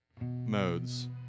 modes